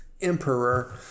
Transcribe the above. emperor